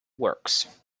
works